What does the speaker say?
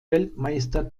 weltmeister